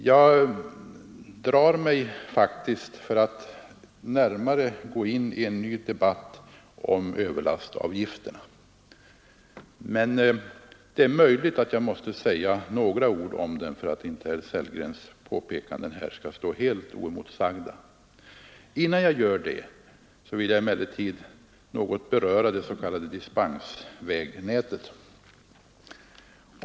Jag drar mig faktiskt för att närmare gå in på en ny debatt om överlastavgifterna, men det är möjligt att jag måste säga några ord om dem för att herr Sellgrens påpekanden inte skall stå helt oemotsagda. Innan jag gör det vill jag emellertid något beröra det s.k. dispensvägnätet.